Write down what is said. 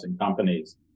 companies